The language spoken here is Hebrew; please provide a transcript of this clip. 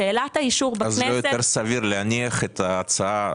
שאלת האישור בכנסת --- לא יותר סביר להניח את ההצעה